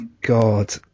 God